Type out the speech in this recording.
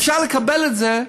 אפשר לקבל את זה בחמישית,